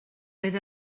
oedd